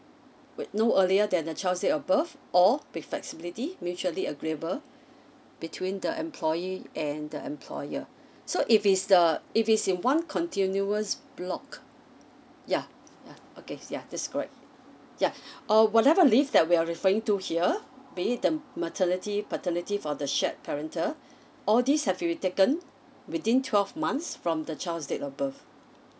wait no earlier than the child's date of birth or with flexibility mutually agreeable between the employee and the employer so if it's the if it's in one continuous block yeah yeah okay yeah that's correct yeah uh whatever leave that we are referring to here maybe the maternity paternity for the shared parental all these have to be taken within twelve months from the child's date of birth